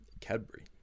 cadbury